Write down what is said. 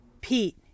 Pete